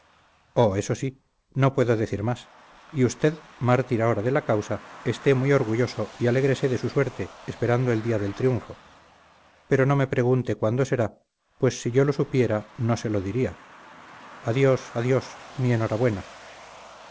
eso sí no puedo decir más y usted mártir ahora de la causa esté muy orgulloso y alégrese de su suerte esperando el día del triunfo pero no me pregunte cuándo será pues si yo lo supiera no se lo diría adiós adiós mi enhorabuena